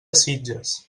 sitges